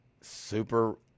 super